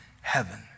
heaven